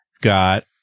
got